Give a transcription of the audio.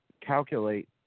calculate